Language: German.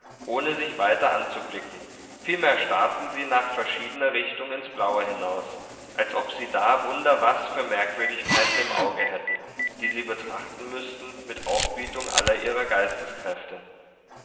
ohne sich weiter anzublicken vielmehr starrten sie nach verschiedener richtung ins blaue hinaus als ob sie da wunder was für merkwürdigkeiten im auge hätten die sie betrachten müßten mit aufbietung aller ihrer geisteskräfte